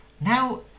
Now